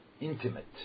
intimate